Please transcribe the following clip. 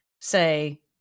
say